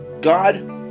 God